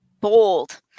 bold